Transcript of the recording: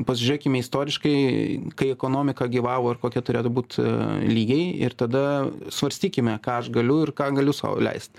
pasižiūrėkime istoriškai kai ekonomika gyvavo ir kokia turėtų būt lygiai ir tada svarstykime ką aš galiu ir ką galiu sau leist